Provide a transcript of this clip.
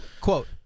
Quote